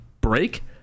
break